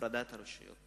הפרדת הרשויות